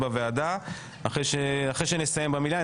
אחרי שנסיים במליאה,